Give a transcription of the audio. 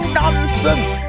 nonsense